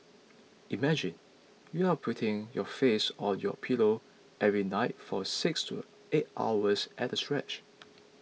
imagine you're putting your face on your pillow every night for six to eight hours at a stretch